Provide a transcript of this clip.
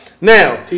Now